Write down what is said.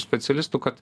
specialistų kad